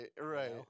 right